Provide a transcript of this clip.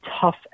tough